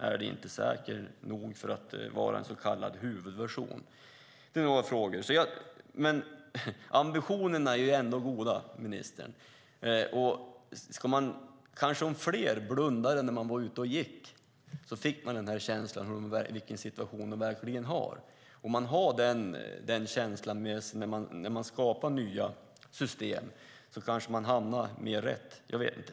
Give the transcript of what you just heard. Är den inte säker nog för att vara en så kallad huvudversion? Ambitionerna är ju ändå goda, ministern. Om fler skulle blunda när de är ute och går kanske de skulle få en känsla för hur synskadades situation verkligen är. Om man har den känslan med sig när man skapar nya system kanske man hamnar mer rätt; jag vet inte.